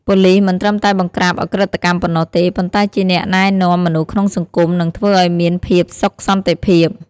ប៉ូលីសមិនត្រឹមតែបង្ក្រាបឧក្រិដ្ឋកម្មប៉ុណ្ណោះទេ ប៉ុន្តែជាអ្នកណែនាំមនុស្សក្នុងសង្គម និងធ្វើអោយមានភាពសុខសន្តិភាព។